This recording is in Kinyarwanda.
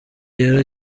rero